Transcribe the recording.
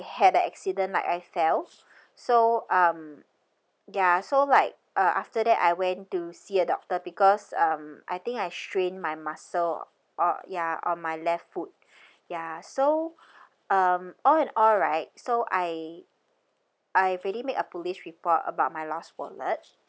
had a accident like I fell so um ya so like uh after that I went to see a doctor because um I think I strained my muscle o~ ya on my left foot ya so um all in all right so I I already make a police report about my lost wallet